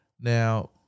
Now